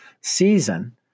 season